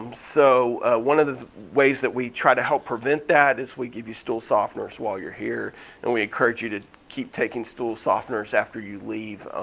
um so one of the ways that we try to help prevent that is we give you stool softeners while you're here and we encourage you to keep taking stool softeners after you leave,